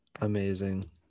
Amazing